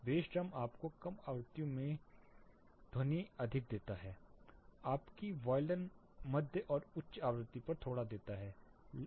बास ड्रम आपको कम आवृत्ति में की ध्वनि अधिक देता है जबकि वायलिन मध्य और उच्च आवृत्ति पर थोड़ा देता है